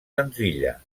senzilla